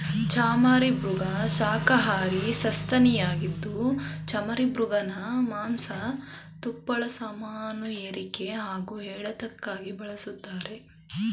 ಚಮರೀಮೃಗ ಶಾಖಹಾರಿ ಸಸ್ತನಿಯಾಗಿದ್ದು ಚಮರೀಮೃಗನ ಮಾಂಸ ತುಪ್ಪಳ ಸಾಮಾನುಹೇರಿಕೆ ಹಾಗೂ ಎಳೆತಕ್ಕಾಗಿ ಬಳಸ್ತಾರೆ